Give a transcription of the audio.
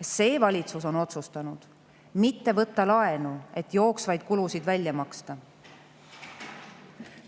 See valitsus on otsustanud laenu mitte võtta, et jooksvaid kulusid välja maksta.